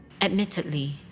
Admittedly